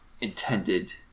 intended